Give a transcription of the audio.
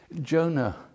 Jonah